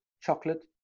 chocolate